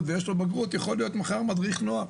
ויש לו בגרות יכול להיות מחר מדריך נוער.